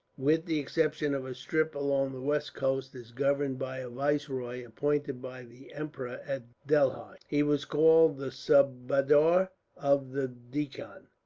with the exception of a strip along the west coast, is governed by a viceroy, appointed by the emperor at delhi. he was called the subadar of the deccan.